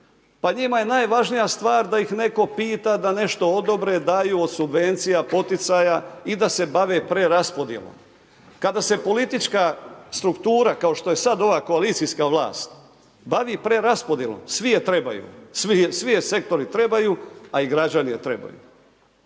Pa njima je najvažnija stvar da ih netko pita, da nešto odobre, daju od subvencija poticaja i da se bave preraspodjelom kada se politička struktura kao što je sad ova koalicijska vlast bavi preraspodjelom svi je trebaju, svi je sektori trebaju, a i građani je trebaju.